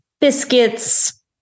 biscuits